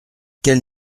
quelle